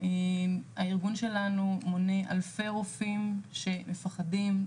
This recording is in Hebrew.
הארגון שלנו מונה אלפי רופאים שמפחדים,